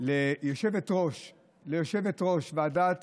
ליושבת-ראש ועדת